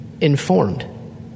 informed